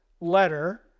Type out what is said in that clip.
letter